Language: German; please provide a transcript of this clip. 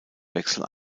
wechsel